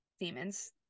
demons